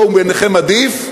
הוא בעיניכם עדיף.